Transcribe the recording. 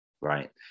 right